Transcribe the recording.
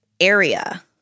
area